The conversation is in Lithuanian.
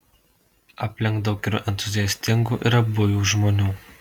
aplink daug ir entuziastingų ir abuojų žmonių